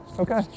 Okay